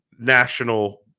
national